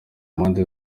mpande